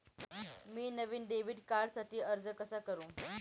मी नवीन डेबिट कार्डसाठी अर्ज कसा करु?